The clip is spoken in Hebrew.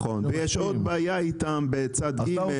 בעניין הזה יש בעיה נוספת של צד ג'.